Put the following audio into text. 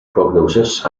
prognosis